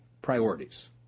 priorities